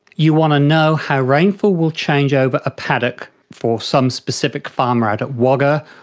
you want to know how rainfall will change over a paddock for some specific farmer out at wagga,